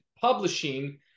publishing